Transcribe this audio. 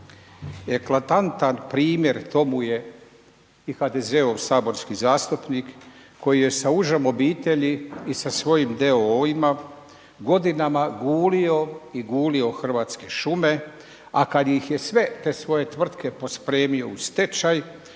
Eklatantan primjer tomu je i HDZ-ov saborski zastupnik koji je sa užom obitelji i sa svojim d.o.o.-ima godinama gulio i gulio Hrvatske šume a kad ih je sve te svoje tvrtke pospremio u stečaj,